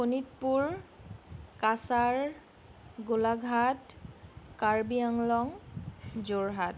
Sonitpur Cachar Golaghat Karbi Anglong Jorhat